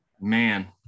man